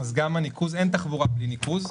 אין תחבורה בלי ניקוז.